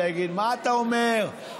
ויגיד: מה אתה אומר,